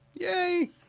Yay